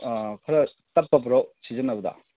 ꯑꯥ ꯈꯔ ꯇꯞꯄꯕ꯭ꯔꯣ ꯁꯤꯖꯤꯟꯅꯕꯗ